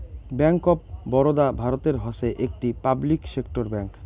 bank of Baroda ভারতের হসে একটি পাবলিক সেক্টর ব্যাঙ্ক